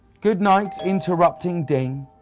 goodnight, interrupting ding